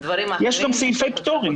יש גם סעיפי פטורים.